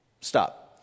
Stop